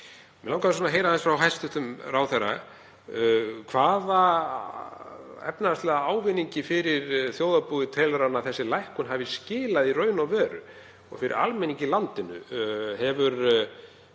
Mig langar að heyra aðeins frá hæstv. ráðherra: Hvaða efnahagslega ávinningi fyrir þjóðarbúið telur hann að þessi lækkun hafi skilað í raun og veru, og fyrir almenning í landinu? Hafa